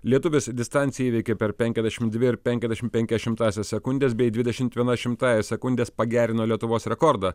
lietuvis distanciją įveikė per penkiasdešimt dvi ir penkiasdešimt penkias šimtąsias sekundės bei dvidešimt viena šimtąja sekundės pagerino lietuvos rekordą